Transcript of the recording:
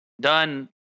Done